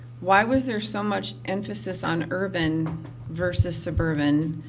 why was there so much emphasis on urban versus suburban.